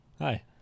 Hi